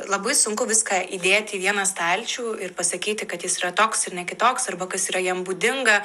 labai sunku viską įdėti į vieną stalčių ir pasakyti kad jis yra toks ir ne kitoks arba kas yra jam būdinga